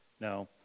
No